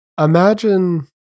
Imagine